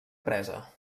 presa